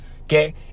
Okay